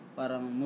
parang